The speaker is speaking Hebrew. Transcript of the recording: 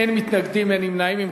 אין מתנגדים, אין נמנעים.